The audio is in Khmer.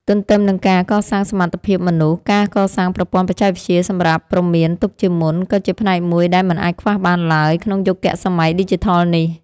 ទន្ទឹមនឹងការកសាងសមត្ថភាពមនុស្ស ការកសាងប្រព័ន្ធបច្ចេកវិទ្យាសម្រាប់ព្រមានទុកជាមុន ក៏ជាផ្នែកមួយដែលមិនអាចខ្វះបានឡើយ ក្នុងយុគសម័យឌីជីថលនេះ។